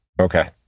Okay